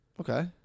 Okay